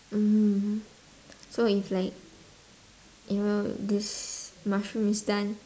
mm so if like it will this mushroom is done